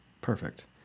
Perfect